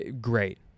Great